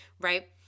right